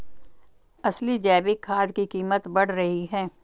असली जैविक खाद की कीमत बढ़ रही है